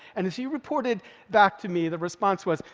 and as he reported back to me, the response was,